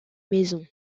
maison